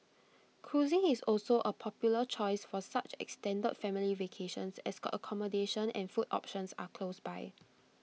cruising is also A popular choice for such extended family vacations as accommodation and food options are close by